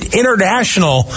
international